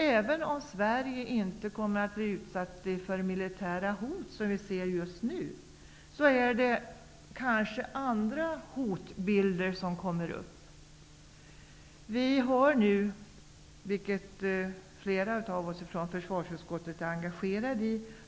Även om Sverige, åtminstone som det ser ut just nu, inte kommer att utsättas för militära hot kan det bli fråga om andra hotbilder. En ny utredning har ju tillsatts, hot och riskutredningen, och där är flera av oss i försvarsutskottet engagerade.